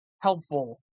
helpful